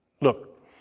look